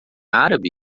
árabe